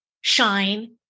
shine